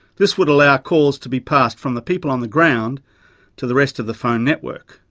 this would allow calls to be passed from the people on the ground to the rest of the phone network.